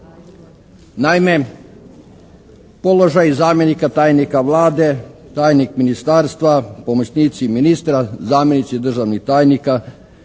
Naime, položaj zamjenika tajnika Vlade, tajnik ministarstva, pomoćnici ministra, zamjenici državnih tajnika,